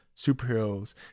superheroes